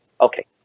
okay